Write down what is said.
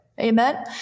Amen